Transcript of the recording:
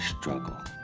struggle